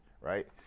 right